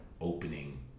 opening